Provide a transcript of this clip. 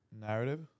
Narrative